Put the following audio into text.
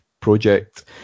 project